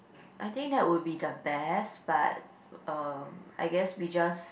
I think that would be the best but uh I guess we just